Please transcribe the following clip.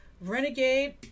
Renegade